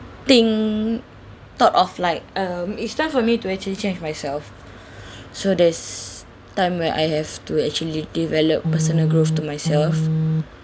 think thought of like um it's time for me to actually change myself so there's time where I have to actually develop personal growth to myself